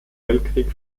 weltkrieg